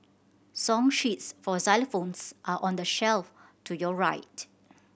song sheets for xylophones are on the shelf to your right